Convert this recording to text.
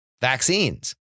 vaccines